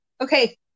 Okay